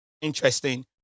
interesting